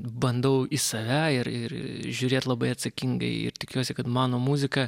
bandau į save ir ir žiūrėt labai atsakingai ir tikiuosi kad mano muzika